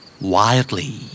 Wildly